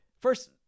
First